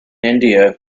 india